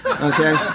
okay